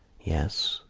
yes.